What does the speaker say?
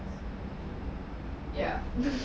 ya